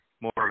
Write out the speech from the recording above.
more